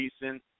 decent